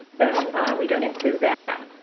though we don't include that.